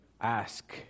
ask